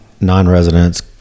non-residents